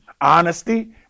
honesty